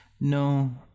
no